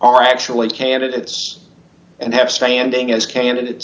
are actually candidates and have standing as candidates